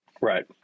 right